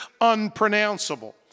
unpronounceable